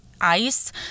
ice